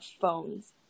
phones